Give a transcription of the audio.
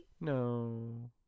No